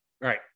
right